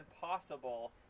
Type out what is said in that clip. possible